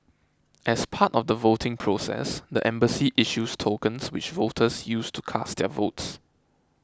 as part of the voting process the embassy issues tokens which voters use to cast their votes